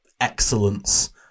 excellence